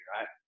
Right